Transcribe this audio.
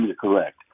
correct